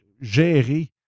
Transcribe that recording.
gérer